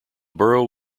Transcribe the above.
borough